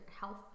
health